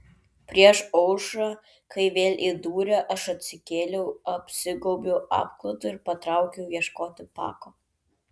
prieš aušrą kai vėl įdūrė aš atsikėliau apsigaubiau apklotu ir patraukiau ieškoti pako